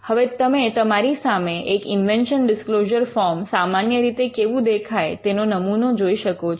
હવે તમે તમારી સામે એક ઇન્વેન્શન ડિસ્ક્લોઝર ફોર્મ સામાન્ય રીતે કેવું દેખાય તેનો નમૂનો જોઈ શકો છો